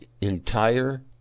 entire